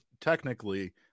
technically